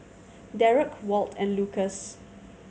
Dereck Walt and Lukas